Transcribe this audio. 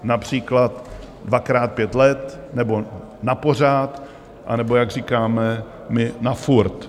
Například dvakrát pět let, nebo napořád anebo, jak říkáme my, na furt?